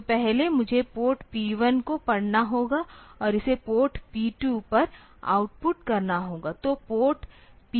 तो पहले मुझे पोर्ट P1 को पढ़ना होगा और इसे पोर्ट P2 पर आउटपुट करना होगा